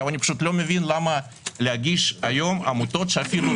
אני לא מבין למה להגיש היום עמותות שלא